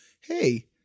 hey